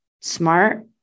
smart